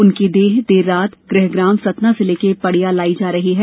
उनकी देह देर रात गृहग्राम सतना जिले के पड़िया लाई जा रही है